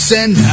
Send